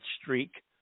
streak